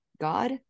God